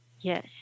Yes